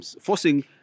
forcing